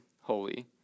holy